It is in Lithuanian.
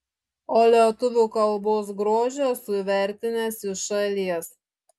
o lietuvių kalbos grožį esu įvertinęs iš šalies